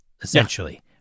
essentially